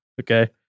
okay